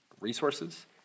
Resources